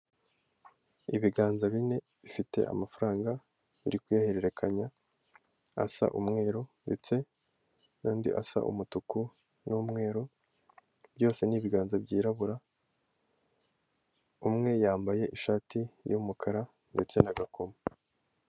Ibiganza bine bifite amafaranga yari kuyahererekanya asa umweru ndetse n'andi asa umutuku n'umweru byose n'ibiganza byirabura umwe yambaye ishati y'umukara ndetse agakoma.